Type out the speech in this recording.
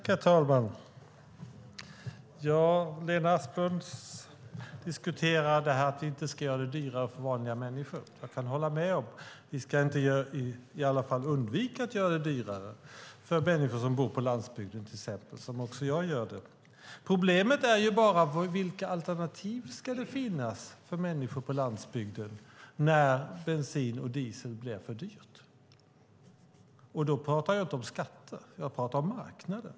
Herr talman! Lena Asplund diskuterar att vi inte ska göra det dyrare för vanliga människor. Jag kan hålla med om att vi i alla fall ska undvika att göra det dyrare för människor som bor på landsbygden till exempel, som jag. Problemet är bara vilka alternativ det ska finnas för människor på landsbygden när bensin och diesel blir för dyrt. Då pratar jag inte om skatter utan om marknaden.